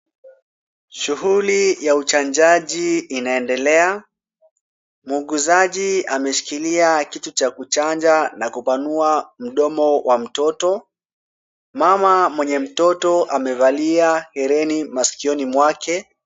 Shughuli ya uchanjaji inaendelea. Muuguzaji ameshikilia kitu cha kuchanja na kupanua mdomo wa mtoto. Mama mwenye mtoto amevalia hereni maskioni mwake.